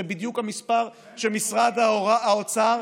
זה בדיוק המספר שמשרד האוצר,